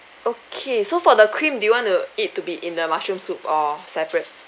okay so for the cream do you want to it to be in the mushroom soup or separate